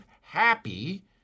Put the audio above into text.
Happy